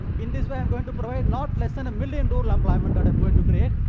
in this way i'm going to provide not less than a million rural employment that i'm going to create.